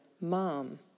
Mom